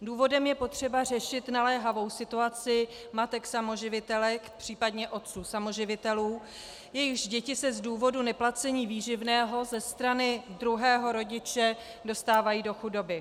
Důvodem je potřeba řešit naléhavou situaci matek samoživitelek, případně otců samoživitelů, jejichž děti se z důvodu neplacení výživného ze strany druhého rodiče dostávají do chudoby.